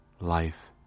Life